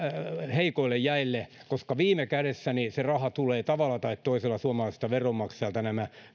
heikoille jäille koska viime kädessä se raha nämä miljardit tulee tavalla tai toisella suomalaisilta veronmaksajilta